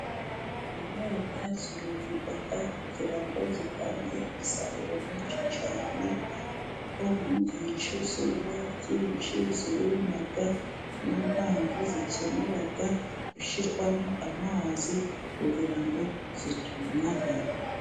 Imyaka iruhigwa kugira ngo itange umusaruro mwinshi cyane, kuko nko mu gihe cy'izuba ryinshi iruma, ni yo mpamvu ikenera gushyirwamo amazi kugira ngo itumagara.